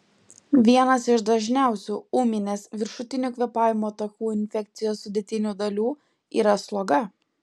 vienas iš dažniausių ūminės viršutinių kvėpavimo takų infekcijos sudėtinių dalių yra sloga